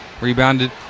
Rebounded